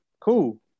Cool